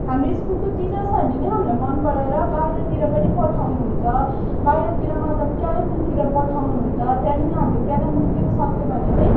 हाम्रो स्कुलको टिचर्सहरूले नै हामीलाई मनपराएर बाहिरतिर पनि पठाउनु हुन्छ बाहिरतिर मतलब कालिम्पोङतिर पठाउनु हुन्छ त्यहाँदेखि हामीले कालिम्पोङतिर सक्यो भने चाहिँ